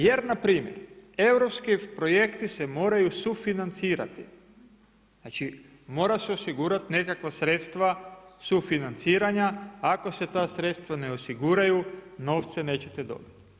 Jer npr. europski projekti se moraju sufinancirati, znači mora se osigurati nekakva sredstva sufinanciranja ako se ta sredstva ne osiguraju novce nećete dobiti.